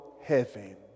heaven